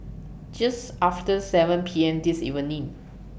Just after seven P M This evening